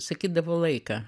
sakydavo laiką